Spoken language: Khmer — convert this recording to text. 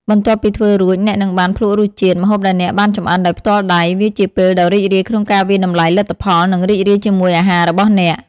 បន្ទាប់ពីធ្វើរួច អ្នកនឹងបាន ភ្លក្សរសជាតិ ម្ហូបដែលអ្នកបានចម្អិនដោយផ្ទាល់ដៃ វាជាពេលដ៏រីករាយក្នុងការវាយតម្លៃលទ្ធផល និងរីករាយជាមួយអាហាររបស់អ្នក ។